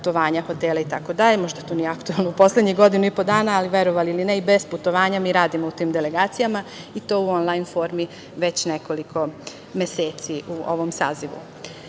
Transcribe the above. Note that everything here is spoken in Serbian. putovanja, hotele itd. Možda to nije aktuelno u poslednjih godinu i po dana, ali verovali ili ne, bez putovanja mi radimo u tim delegacijama, i to u on-lajn formi već nekoliko meseci u ovom sazivu. Polako